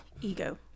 Ego